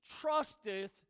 trusteth